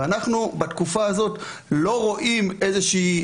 בתקופה הזאת אנחנו לא רואים איזושהי